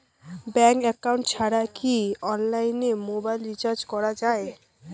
Bank account ছাড়া কি অনলাইনে মোবাইল রিচার্জ করা যায়?